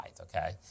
Okay